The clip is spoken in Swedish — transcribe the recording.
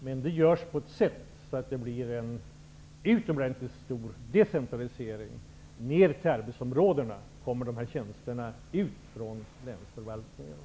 Men den görs på ett sådant sätt att det blir en utomordentligt stor decentralisering ned till arbetsområdena. Därmed kommer de här tjänsterna ut från länsförvaltningarna.